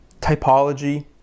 typology